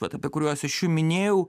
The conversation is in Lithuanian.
vat apie kuriuos iš jum minėjau